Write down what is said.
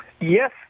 Yes